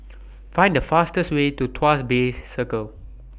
Find The fastest Way to Tuas Bay Circle